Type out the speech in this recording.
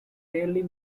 rarely